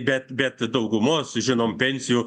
bet bet daugumos žinom pensijų